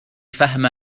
فهم